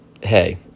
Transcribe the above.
Hey